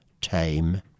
tame